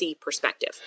perspective